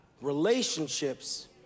relationships